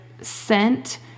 scent